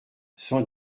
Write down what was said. cent